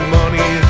money